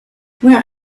where